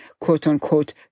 quote-unquote